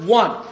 one